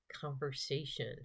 conversation